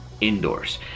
indoors